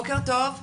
בוקר טוב.